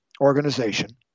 organization